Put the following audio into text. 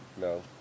no